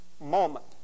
moment